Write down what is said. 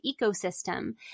ecosystem